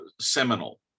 seminal